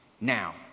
now